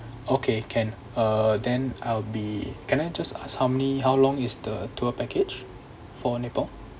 okay can uh then I'll be can I just ask how many how long is the tour package for nepal